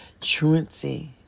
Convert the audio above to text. truancy